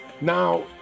Now